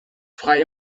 frei